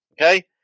okay